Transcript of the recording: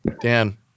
Dan